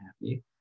happy